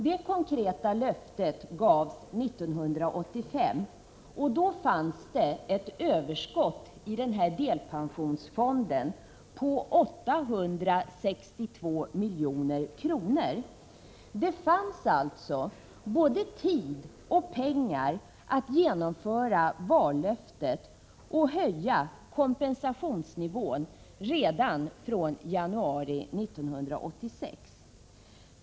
Det konkreta löftet gavs 1985, och då hade man ett överskott i delpensionsfonden på 862 milj.kr. Det fanns alltså både tid och pengar att genomföra vallöftet och höja kompensationsnivån redan från januari 1986.